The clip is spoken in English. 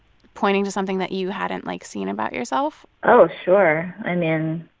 pointing to something that you hadn't, like, seen about yourself? oh, sure. i mean,